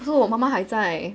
so 我妈妈还在